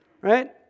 Right